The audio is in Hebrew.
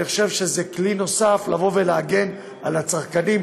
אני חושב שזה כלי נוסף לבוא ולהגן על הצרכנים,